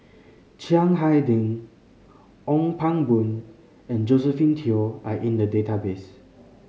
Chiang Hai Ding Ong Pang Boon and Josephine Teo are in the database